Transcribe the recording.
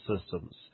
systems